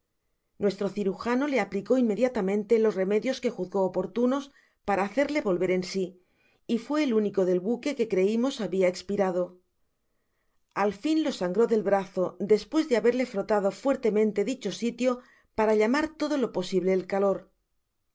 nuestro cirujano le aplicó inmediatamente los remedios que juzgó oportunos para hacerle volver en sí y fué el único del buque que creimos habia espirado al fin lo sangró del brazo despues de haberle frotado fuertemente dicho sitio para llamar todo lo posible el caler